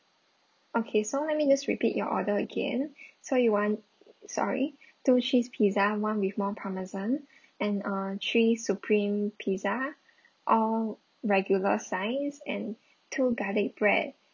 okay so let me just repeat your order again so you want sorry two cheese pizza one with more parmesan and uh three supreme pizza all regular size and two garlic bread